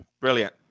Brilliant